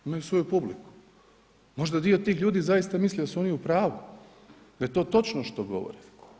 Imaju svoju publiku, možda dio tih ljudi zaista misli da su oni u pravu, da je to točno što govore.